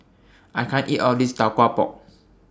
I can't eat All of This Tau Kwa Pau